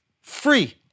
Free